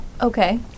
Okay